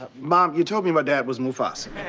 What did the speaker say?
mom you told me my dad was mufasa.